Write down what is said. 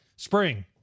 Spring